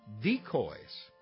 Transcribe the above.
decoys